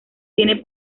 tiene